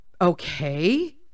Okay